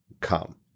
come